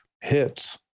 hits